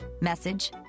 message